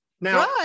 Now